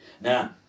Now